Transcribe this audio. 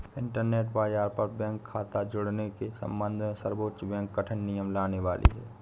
internet बाज़ार पर bank खता जुड़ने के सम्बन्ध में सर्वोच्च बैंक कठिन नियम लाने वाली है